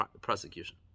prosecution